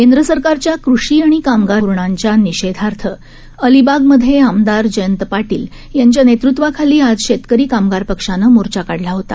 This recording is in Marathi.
केंद्र सरकारच्या कृषी आणि कामगार धोरणांच्या निषेधार्थ अलीबागमध्ये आमदार जयंत पाटील यांच्या नेतृत्वाखाली आज शेतकरी कामगार पक्षानं मोर्चा काढला होता